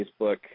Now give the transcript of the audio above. Facebook